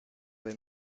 dai